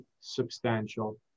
substantial